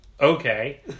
Okay